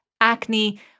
acne